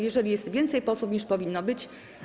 Jeżeli jest więcej posłów, niż powinno być.